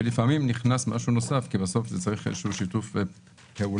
ולפעמים נכנס משהו נוסף כי בסוף צריך איזשהו שיתוף פעולה.